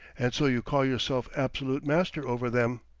and so you call yourself absolute master over them.